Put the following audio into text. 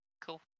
cool